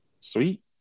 Sweet